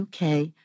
UK